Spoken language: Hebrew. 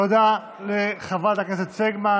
תודה לחברת הכנסת סגמן.